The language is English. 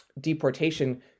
deportation